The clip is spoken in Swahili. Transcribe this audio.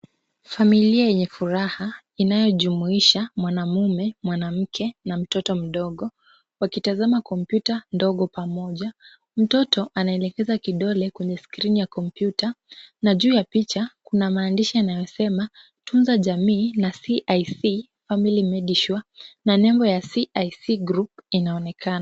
Familia ya furaha inayojumuisha mwanamume, mwanamke na mtoto mdogo wakitazama kompyuta pamoja. Mtoto anaelekeza kidole kwenye skrini ya kompyuta na juu ya picha, kuna maandishi yanayosema, Tunza jamii na CIC Family Medisure na nembo ya CIC Group inaonekana.